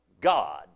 God